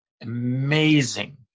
amazing